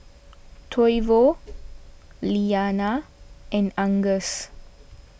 Toivo Liana and Angus